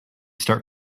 start